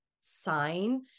sign